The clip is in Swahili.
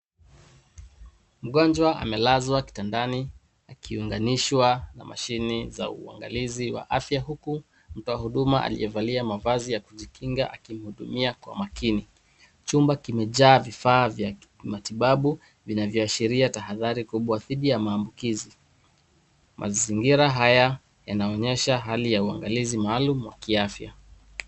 Mgonjwa amelazwa kitandani akiunganishwa na mashine za uangalizi wa afya huku mtoa huduma aliyevalia mavazi ya kujikinga akimuhudumia kwa makini. Chumba kimejaa vifaa vya kimatibabu, vinachoashiria tahadhari kubwa dhidi ya maambukizi. Mazingira haya yanaonyesha hali ya uangalizi maalumu wa kiafya.